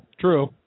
True